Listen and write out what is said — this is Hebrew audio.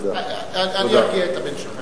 אני ארגיע את הבן שלך.